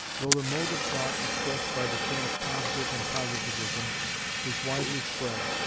though the mode of thought expressed by the terms positive and positivism is widely spread,